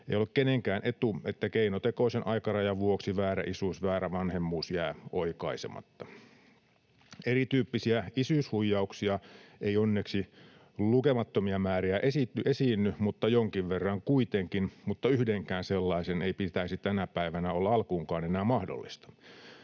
Ei ole kenenkään etu, että keinotekoisen aikarajan vuoksi väärä isyys, väärä vanhemmuus, jää oikaisematta. Erityyppisiä isyyshuijauksia ei onneksi lukemattomia määriä esiinny, mutta jonkin verran kuitenkin. Yhdenkään sellaisen ei pitäisi tänä päivänä olla enää alkuunkaan mahdollinen.